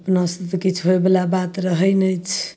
अपनासे तऽ किछु होइवला बात रहै नहि छै